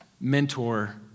mentor